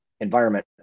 environment